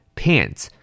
pants